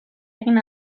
egin